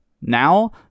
Now